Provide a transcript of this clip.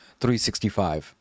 365